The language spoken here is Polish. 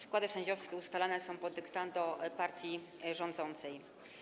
Składy sędziowskie ustalane są pod dyktando partii rządzącej.